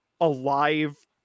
alive